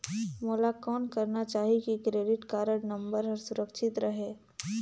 मोला कौन करना चाही की क्रेडिट कारड नम्बर हर सुरक्षित रहे?